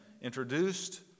introduced